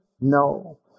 No